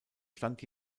stand